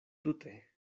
tute